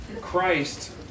Christ